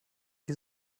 die